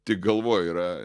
tik galvoj yra